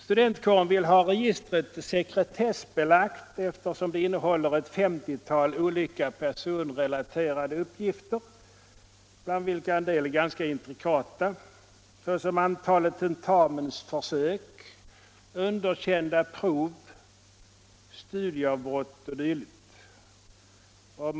Studentkåren vill ha registret sekretessbelagt, eftersom det innehåller ett femtiotal olika personrelaterade uppgifter, bland vilka en del är ganska intrikata, såsom antal tentamensförsök, underkända prov, studieavbrott o. d.